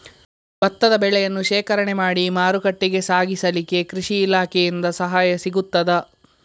ಭತ್ತದ ಬೆಳೆಯನ್ನು ಶೇಖರಣೆ ಮಾಡಿ ಮಾರುಕಟ್ಟೆಗೆ ಸಾಗಿಸಲಿಕ್ಕೆ ಕೃಷಿ ಇಲಾಖೆಯಿಂದ ಸಹಾಯ ಸಿಗುತ್ತದಾ?